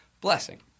blessing